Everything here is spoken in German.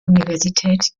universität